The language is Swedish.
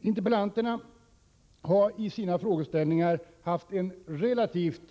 Interpellanterna har gjort en relativt